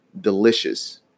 delicious